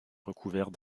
recouvert